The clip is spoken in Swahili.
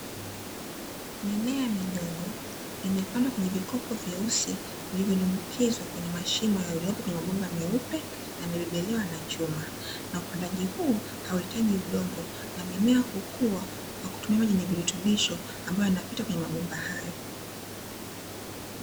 Mimea midogo imepandwa kwenye vikopo vyeusi ilidumbukizwa kwenye mashimo yaliyopo kwenye mabomba meupe, yamebebelewa na chuma, na upandaji huu hauhitaji udongo bali mmea hukua kwa kutumia maji yenye virutubisho ambayo yanapita kwenyue mabomba hayo.